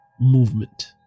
Movement